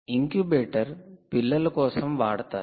incubator పిల్లల కోసం వాడతారు